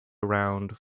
around